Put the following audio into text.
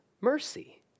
mercy